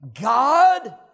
God